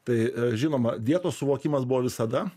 tai žinoma dietos suvokimas buvo visada